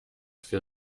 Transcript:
für